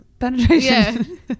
Penetration